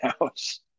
house